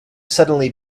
suddenly